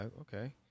okay